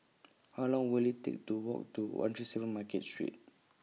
How Long Will IT Take to Walk to one three seven Market Street